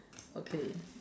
okay